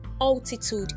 altitude